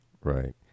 right